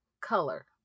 color